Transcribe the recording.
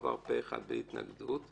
ובוועדה הוא עבר פה אחד בלי התנגדות,